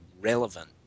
relevant